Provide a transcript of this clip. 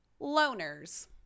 loners